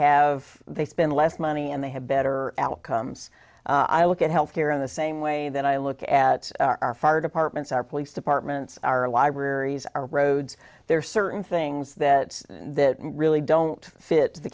have they spend less money and they have better outcomes i look at health care in the same way that i look at our fire departments our police departments our libraries our roads there's certain things that really don't fit the